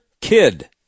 kid